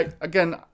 again